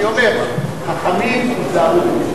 אני אומר: חכמים, היזהרו בדבריכם.